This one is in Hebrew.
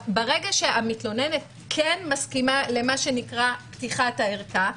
ברגע שהמתלוננת כן מסכימה לפתיחת הערכה.